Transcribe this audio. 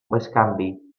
bescanvi